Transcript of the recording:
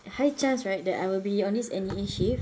high chance right that I will be on this N_E_A shift